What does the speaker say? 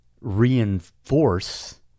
reinforce